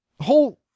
whole